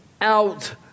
out